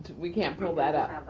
we can't pull that up.